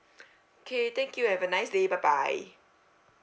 okay thank you have a nice day bye bye